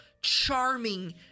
charming